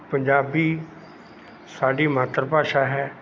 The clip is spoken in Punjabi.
ਪੰਜਾਬੀ ਸਾਡੀ ਮਾਤਰ ਭਾਸ਼ਾ ਹੈ